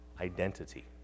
identity